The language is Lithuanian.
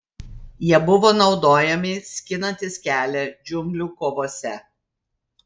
jie buvo naudojami skinantis kelią džiunglių kovose